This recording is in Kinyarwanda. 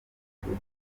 ishoti